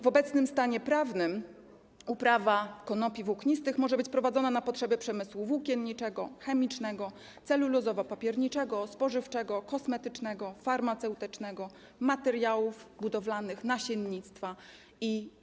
W obecnym stanie prawnym uprawa konopi włóknistych może być prowadzona na potrzeby przemysłu włókienniczego, chemicznego, celulozowo-papierniczego, spożywczego, kosmetycznego, farmaceutycznego, materiałów budowlanych, nasiennictwa itd.